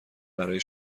برای